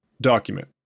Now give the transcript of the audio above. Document